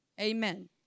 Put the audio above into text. Amen